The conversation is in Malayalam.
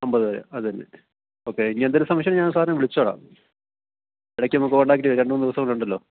അൻപത് പേര് അതന്നെ ഓക്കെ ഇനി എന്തേലും സംശയം ഞാൻ സാർനേ വിളിച്ചോളാം ഇടക്കൊന്ന് കോൺടാക്റ്റ് ചെയ്യാം രണ്ട് മൂന്ന് ദിവസം കൂടിയുണ്ടല്ലോ